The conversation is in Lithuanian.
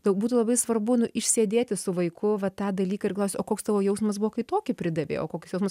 tau būtų labai svarbu nu išsėdėti su vaiku va tą dalyką ir klausi o koks tavo jausmas buvo kai tokį pridavei o koks jausmas